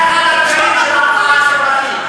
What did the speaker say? וזה היה אחד הדגלים של המחאה החברתית.